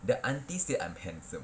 the aunties said I'm handsome